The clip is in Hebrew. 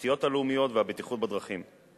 התשתיות הלאומיות והבטיחות בדרכים.